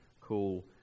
cool